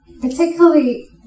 particularly